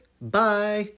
bye